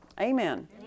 Amen